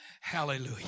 Hallelujah